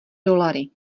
dolary